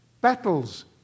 Battles